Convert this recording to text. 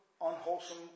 unwholesome